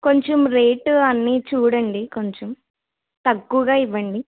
కొంచెం రేట్ అన్నీ చూడండి కొంచెం తక్కువగా ఇవ్వండి